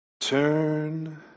Turn